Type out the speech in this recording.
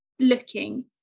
looking